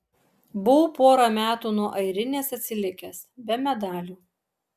buvau porą metų nuo airinės atsilikęs be medalių